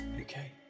okay